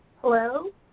Hello